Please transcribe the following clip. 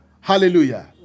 Hallelujah